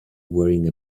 wearing